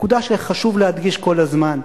נקודה שחשוב להדגיש כל הזמן: